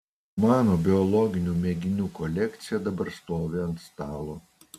mano biologinių mėginių kolekcija dabar stovi ant stalo